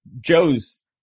Joe's